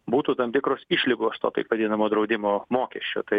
būtų tam tikros išlygos to taip vadinamo draudimo mokesčio tai yra